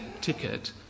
ticket